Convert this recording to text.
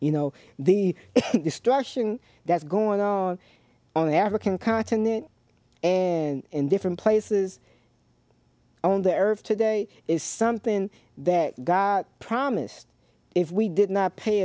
you know the destruction that's going on on the african continent and in different places on the earth today is something that god promised if we did not pay